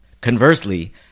Conversely